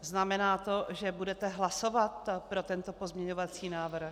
Znamená to, že budete hlasovat pro tento pozměňovací návrh?